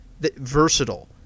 versatile